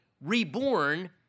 reborn